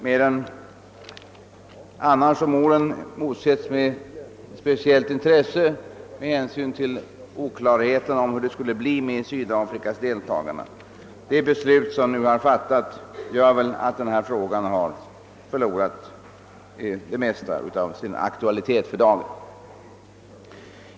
mer än tidigare år emotsetts med ett speciellt intresse med hänsyn till oklarheten om hur det skulle bli med Sydafrikas deltagande. Det beslut .som nu har fattats gör att denna fråga för dagen. förlorat det mesta av sin aktualitet.